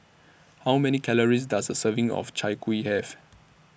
How Many Calories Does A Serving of Chai Kueh Have